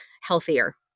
healthier